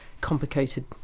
complicated